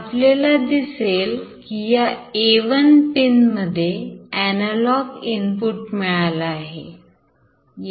आपल्याला दिसेल की या A1 पिनमध्ये एनालॉग इनपुट मिळाला आहे